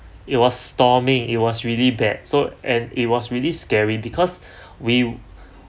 it was stormy it was really bad so and it was really scary because we